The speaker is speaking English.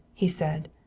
he said.